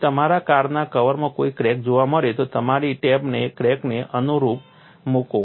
જો તમને તમારા કારના કવરમાં કોઈ ક્રેક જોવા મળે તો તમારી ટેપને ક્રેકને લંબરૂપ મૂકો